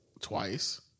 twice